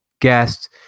guest